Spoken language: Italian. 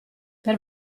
per